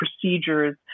procedures